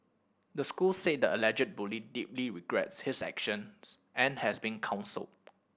the school said the alleged bully deeply regrets his actions and has been counselled